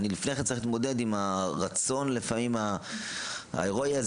אני לפני כן צריך להתמודד עם הרצון הלפעמים ההרואי של